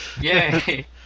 Yay